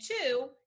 two